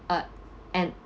uh and